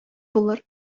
булыр